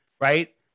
right